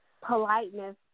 politeness